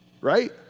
Right